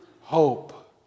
hope